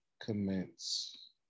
commence